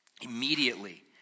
Immediately